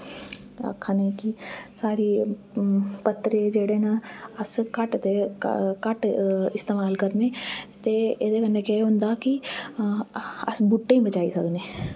आक्खा ने कि साढ़ी पत्तर जेह्ड़े न अस घट्ट इस्तेमाल करने ते एह्दे कन्नै केह् होंदा कि अस बूह्टें गी बचाई सकने